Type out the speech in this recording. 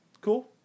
Cool